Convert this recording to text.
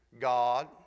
God